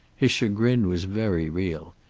his chagrin was very real.